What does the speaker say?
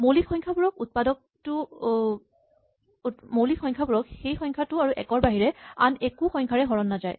মৌলিক সংখ্যাবোৰক সেই সংখ্যাটো আৰু একৰ বাহিৰে আন একো সংখ্যাৰেই হৰণ নাযায়